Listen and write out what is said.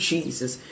Jesus